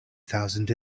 thousand